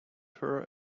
her